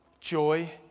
joy